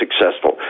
successful